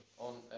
On